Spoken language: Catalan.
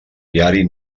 viari